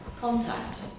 contact